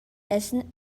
essen